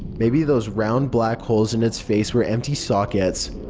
maybe those round, black holes in its face were empty sockets,